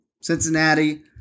Cincinnati